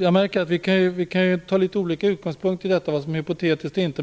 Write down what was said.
Jag märker att vi kan ha olika utgångspunkt när det gäller vad som är hypotetiskt eller inte.